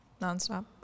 nonstop